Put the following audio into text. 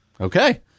Okay